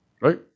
Right